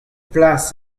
plas